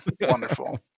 wonderful